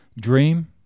Dream